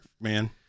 man